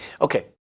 Okay